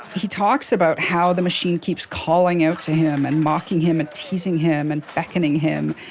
he talks about how the machine keeps calling out to him and mocking him and teasing him and beckoning him,